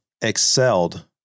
excelled